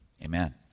Amen